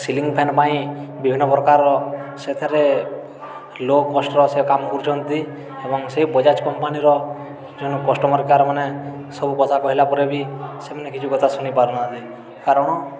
ceiling fan ପାଇଁ ବିଭିନ୍ନ ପ୍ରକାରର ସେଥିରେ ଲୋ କଷ୍ଟର ସେ କାମ କରୁଛନ୍ତି ଏବଂ ସେ ବଜାଜ କମ୍ପାନୀର ଯେଉଁ କଷ୍ଟମର୍ କେୟାର୍ ମାନେ ସବୁ କଥା କହିଲା ପରେ ବି ସେମାନେ କିଛି କଥା ଶୁଣିପାରୁ ନାହାନ୍ତି କାରଣ